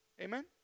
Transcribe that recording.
Amen